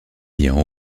ayant